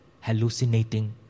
Hallucinating